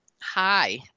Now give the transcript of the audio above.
hi